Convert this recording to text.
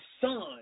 son